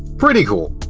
pretty cool!